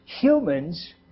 humans